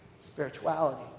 spirituality